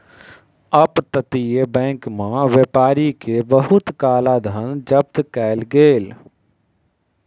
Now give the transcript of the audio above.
up तटीय bank में व्यापारी के बहुत काला धन जब्त कएल गेल